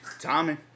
Tommy